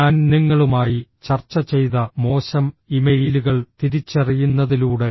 ഞാൻ നിങ്ങളുമായി ചർച്ച ചെയ്ത മോശം ഇമെയിലുകൾ തിരിച്ചറിയുന്നതിലൂടെ